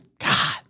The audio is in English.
God